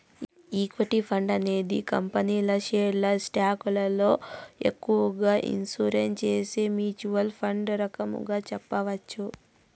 equity fund అనేది కంపెనీల షేర్లు స్టాకులలో ఎక్కువగా ఇన్వెస్ట్ చేసే మ్యూచ్వల్ ఫండ్ రకంగా చెప్పొచ్చు